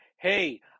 hey